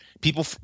people